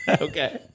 Okay